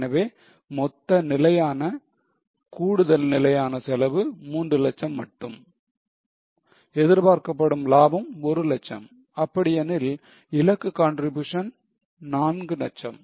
எனவே மொத்த நிலையான கூடுதல் நிலையான செலவு 3 லட்சம் மட்டும் எதிர்பார்க்கப்படும் லாபம் 1 லட்சம் அப்படியெனில் இலக்கு contribution 4 லட்சம்